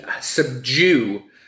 subdue